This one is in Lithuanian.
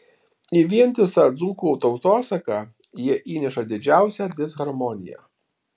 į vientisą dzūkų tautosaką jie įneša didžiausią disharmoniją